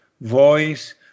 voice